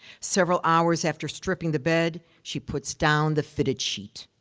several hours after stripping the bed, she puts down the fitted sheet.